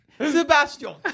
Sebastian